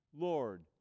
Lord